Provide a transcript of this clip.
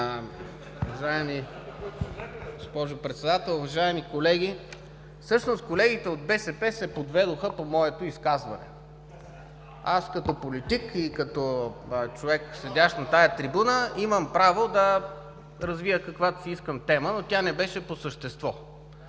уважаеми колеги! Всъщност колегите от БСП се подведоха по моето изказване. Аз като политик и като човек, седящ на тази трибуна, имам право да развия каквато си искам тема, но тя не беше по същество.